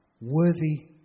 worthy